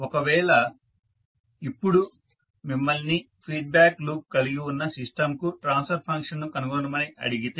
ఒకవేళ ఇప్పుడు మిమ్మల్ని ఫీడ్బ్యాక్ లూప్ కలిగి ఉన్న సిస్టంకు ట్రాన్స్ఫర్ ఫంక్షన్ను కనుగొనమని అడిగితే